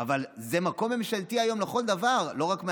אבל זה מקום ממשלתי היום לכל דבר, לא רק מהיום.